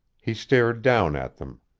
he stared down at them,